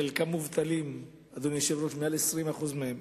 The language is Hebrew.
חלקם מובטלים, אדוני היושב-ראש, יותר מ-20% מהם.